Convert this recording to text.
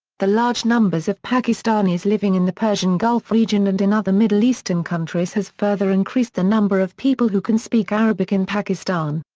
the large numbers of pakistanis living in the persian gulf region and in other middle eastern countries has further increased the number of people who can speak arabic in pakistan.